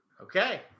Okay